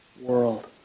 world